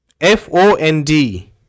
f-o-n-d